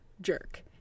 jerk